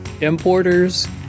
importers